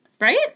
Right